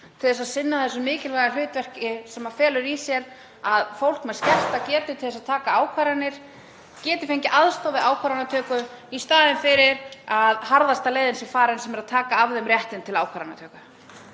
til að sinna þessu mikilvæga hlutverki sem felur í sér að fólk með skerta getu til að taka ákvarðanir geti fengið aðstoð við ákvarðanatöku í staðinn fyrir að harðasta leiðin sé farin sem er að taka af því réttinn til ákvarðanatöku.